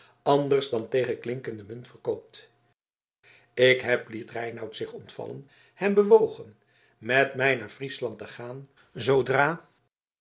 anders dan tegen klinkende munt verkoopt ik heb liet reinout zich ontvallen hem bewogen met mij naar friesland te gaan zoodra